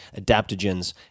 adaptogens